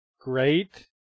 great